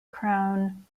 crown